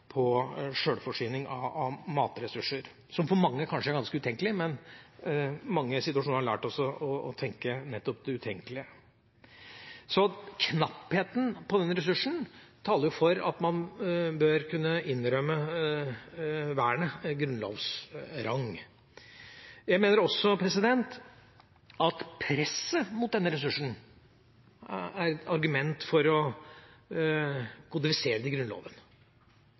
sjølforsyning av matressurser. Det er for mange kanskje ganske utenkelig, men mange situasjoner har lært oss å tenke nettopp det utenkelige. Så knappheten på denne ressursen taler for at man bør kunne innrømme vernet grunnlovsrang. Jeg mener også at presset mot denne ressursen er et argument for å kodifisere det i Grunnloven.